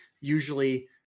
usually